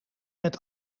met